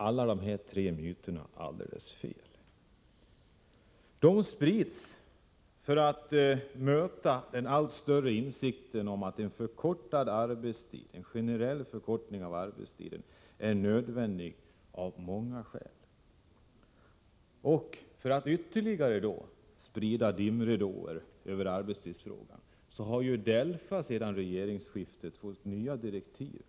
Alla dessa tre myter är helt osanna. De sprids för att möta den allt större insikten om att en generell förkortning av arbetstiden är nödvändig av många skäl. För att ytterligare sprida dimridåer över arbetstidsfrågan har DELFA sedan regeringsskiftet fått nya direktiv.